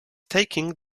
taking